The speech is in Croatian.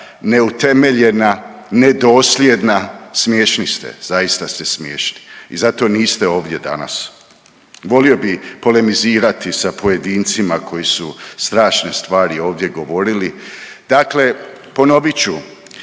neutemeljena, nedosljedna, smiješni ste. Zaista ste smiješni i zato niste ovdje danas. Volio bih polemizirati sa pojedincima koji su strašne stvari ovdje govorili. Dakle, ponovit ću